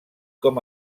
com